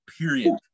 Period